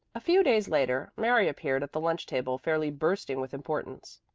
a few days later mary appeared at the lunch table fairly bursting with importance.